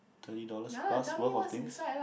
thirty dollars plus worth of things